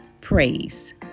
praise